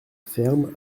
ferme